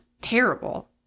terrible